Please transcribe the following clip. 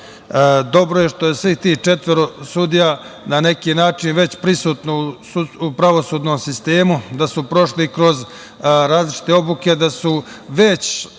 Dobro je što je tih četvoro sudija na neki već prisutno u pravosudnom sistemu, da su prošli kroz različite obuke, da su već